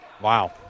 Wow